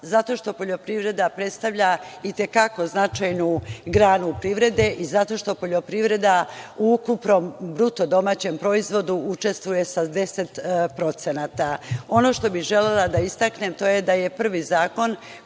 Zato što poljoprivreda predstavlja itekako značajnu granu privrede i zato što poljoprivreda u ukupnom BDP-u učestvuje sa 10%.Ono što bih želela da istaknem, to je da je prvi zakon